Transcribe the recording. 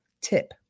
tip